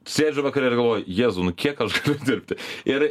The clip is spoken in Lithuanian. sėdžiu vakare ir galvoju jezau nu kiek aš turiu dirbti ir